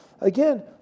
Again